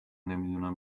نمیدونم